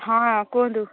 ହଁ କୁହନ୍ତୁ